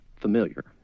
familiar